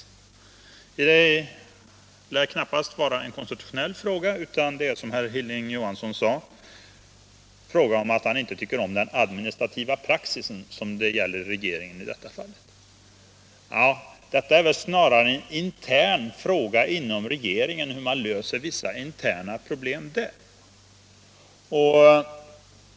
Här rör det sig knappast om en konstitutionell fråga, utan Hilding Johansson sade att han inte tycker om den administrativa praxisen när det gäller samordningen av regeringsarbetet. Snarare är det väl en intern fråga för regeringen hur den löser problem av det slaget.